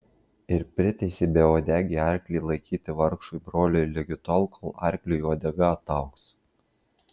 ir priteisė beuodegį arklį laikyti vargšui broliui ligi tol kol arkliui uodega ataugs